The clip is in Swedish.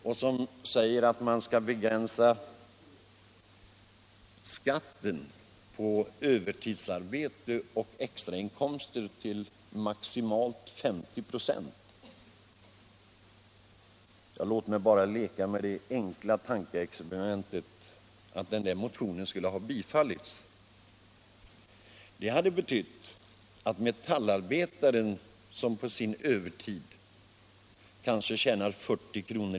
I motionen föreslås att skatten på över 47 tidsarbete och extrainkomster skall vara maximalt 50 96. Låt mig göra det enkla tankeexperimentet att motionen hade bifallits. Det hade betytt att metallarbetaren, som på sin övertid tjänar kanske 40 kr.